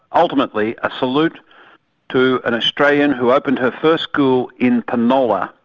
ultimately a salute to an australian who opened her first school in penola,